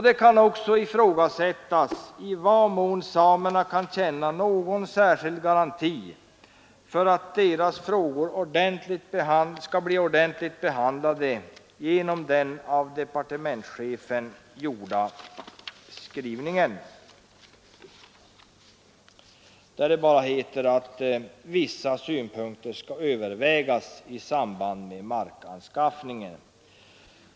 Det kan också ifrågasättas i vad mån samerna kan känna någon särskild garanti för att deras frågor skall bli ordentligt behandlade genom den av departementschefen gjorda skrivningen, där det bara heter att ”vissa synpunkter” skall ”övervägas” i samband med markanskaffningen.